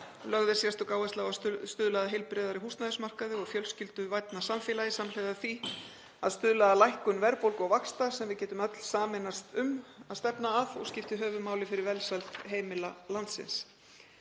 Lögð er sérstök áhersla á að stuðla að heilbrigðari húsnæðismarkaði og fjölskylduvænna samfélagi samhliða því að stuðla að lækkun verðbólgu og vaxta sem við getum öll sameinast um að stefna að og skiptir höfuðmáli fyrir velsæld heimila landsins.